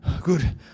good